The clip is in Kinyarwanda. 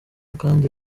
kandi